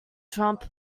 trump